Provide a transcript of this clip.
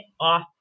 off